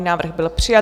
Návrh byl přijat.